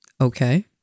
Okay